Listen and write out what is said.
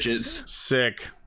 Sick